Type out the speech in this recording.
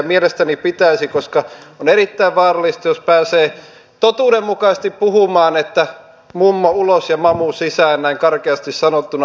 mielestäni pitäisi koska on erittäin vaarallista jos pääsee totuudenmukaisesti puhumaan että mummo ulos ja mamu sisään näin karkeasti sanottuna